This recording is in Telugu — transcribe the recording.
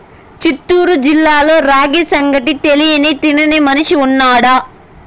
చిత్తూరు జిల్లాలో రాగి సంగటి తెలియని తినని మనిషి ఉన్నాడా